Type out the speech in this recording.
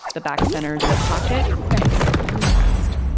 the back centers that pocket. nice i'm impressed.